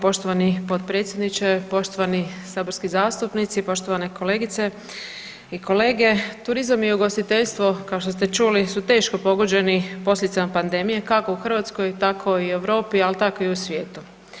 Poštovani potpredsjedniče, poštovani saborski zastupnici, poštovane kolegice i kolege, turizam i ugostiteljstvo kao što ste čuli su teško pogođeni posljedicama pandemije kako u Hrvatskoj tako i u Europi, al tako i u svijetu.